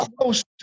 close